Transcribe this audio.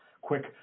Quick